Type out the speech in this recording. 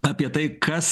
apie tai kas